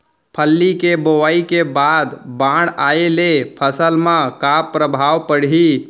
फल्ली के बोआई के बाद बाढ़ आये ले फसल मा का प्रभाव पड़ही?